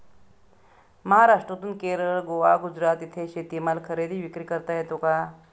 महाराष्ट्रातून केरळ, गोवा, गुजरात येथे शेतीमाल खरेदी विक्री करता येतो का?